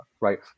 right